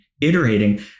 iterating